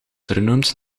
vernoemd